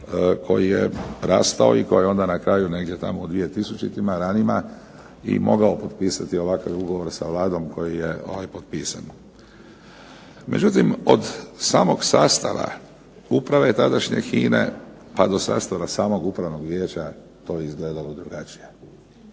koji je rastao i koji je onda na kraju negdje tamo u 2000-ima ranima i mogao potpisati ovakav ugovor sa Vladom koji je ovaj potpisan. Međutim, od samog sastava uprave tadašnje HINA-e pa do sastava samog Upravnog vijeća to je izgledalo drugačije.